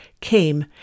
came